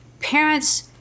parents